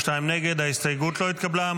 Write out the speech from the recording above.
נגד, ההסתייגות לא התקבלה.